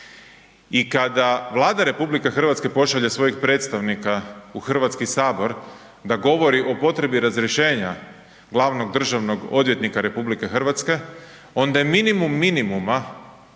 I kada Vlada RH pošalje svojeg predstavnika u HS da govori o potrebi razrješenja glavnog državnog odvjetnika RH onda je minimum minimuma,